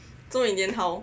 so in the end how